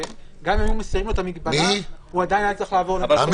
וגם אם היו מסיימים לו את המגבלה הוא עדין היה צריך -- אמיר